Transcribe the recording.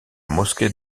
mosquée